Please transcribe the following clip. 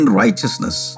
righteousness